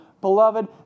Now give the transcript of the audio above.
Beloved